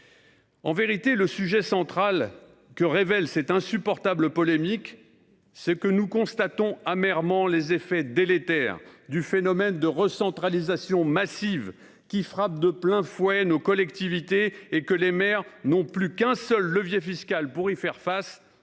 En vérité, le sujet central que révèle cette insupportable polémique, c’est que nous constatons amèrement les effets délétères du phénomène de recentralisation massive qui frappe de plein fouet nos collectivités. Les maires n’ont plus qu’un seul levier fiscal pour y faire face